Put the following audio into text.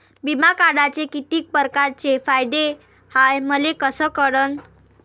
बिमा काढाचे कितीक परकारचे फायदे हाय मले कस कळन?